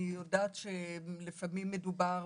אני יודעת שלפעמים מדובר